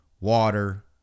water